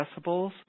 decibels